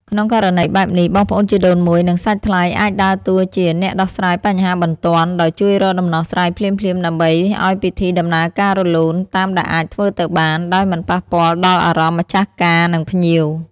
ក្នុងករណីបែបនេះ បងប្អូនជីដូនមួយ និងសាច់ថ្លៃអាចដើរតួជា អ្នកដោះស្រាយបញ្ហាបន្ទាន់ ដោយជួយរកដំណោះស្រាយភ្លាមៗ ដើម្បី ឱ្យពិធីដំណើរការរលូន តាមដែលអាចធ្វើទៅបាន ដោយមិនប៉ះពាល់ដល់អារម្មណ៍ម្ចាស់ការ និងភ្ញៀវ។